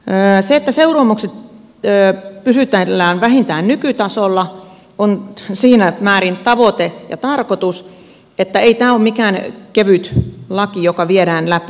se että seuraamuksissa pysytellään vähintään nykytasolla on siinä määrin tavoite ja tarkoitus että ei tämä ole mikään kevyt laki joka viedään läpi